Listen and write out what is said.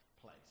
place